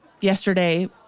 Yesterday